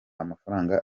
amafaranga